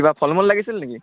কিবা ফল মূল লাগিছিল নেকি